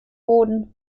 boden